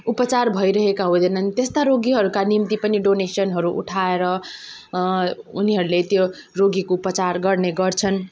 उपचार भइरहेका हुँदैनन् त्यस्ता रोगीहरूका निम्ति पनि डोनेसनहरू उठाएर उनीहरूले त्यो रोगीको उपचार गर्ने गर्छन्